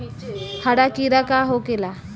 हरा कीड़ा का होखे ला?